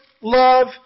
love